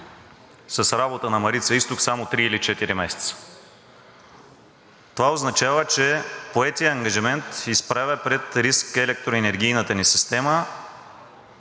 с работа на „Марица изток“ само три или четири месеца. Това означава, че поетият ангажимент изправя пред риск електроенергийната ни система.